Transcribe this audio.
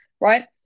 right